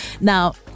Now